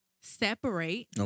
separate